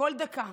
כל דקה,